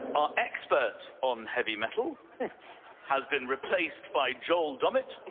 our expert on heavy metal has been replaced by joel dommett.